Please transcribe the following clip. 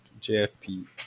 jfp